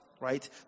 right